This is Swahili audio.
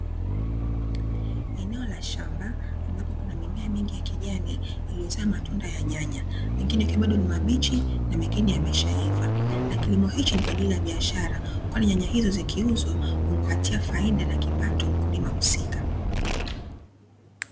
Eneo la shamba, ambapo kuna mimea mingi ya kijani iliyozaa matunda ya nyanya, mengine yakiwa bado ni mabichi, mengine yakiwa yameshaiva. Kilimo hiki ni kwa ajili ya biashara, kwani nyanya hizo zikiuzwa, humpatia faida na kipato mkulima husika.